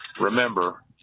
remember